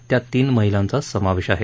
त्यात तीन महिलाचा समावेश आहे